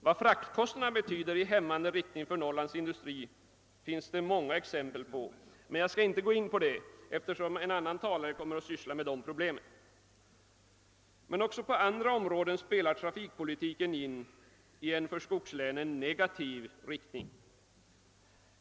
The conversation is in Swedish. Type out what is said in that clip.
Vad fraktkostnaderna betyder i hämmande riktning för Norrlands industri finns det många exempel på, men jag skall inte gå in på detta eftersom en annan talare kommer att behandla det. även på andra områden spelar emellertid trafikpolitiken in i en för skogslänen negativ riktning.